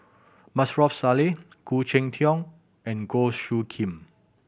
Maarof Salleh Khoo Cheng Tiong and Goh Soo Khim